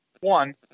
One